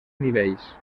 nivells